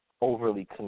overly